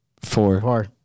Four